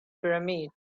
pyramids